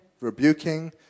rebuking